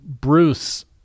Bruce